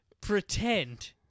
pretend